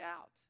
out